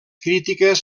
crítiques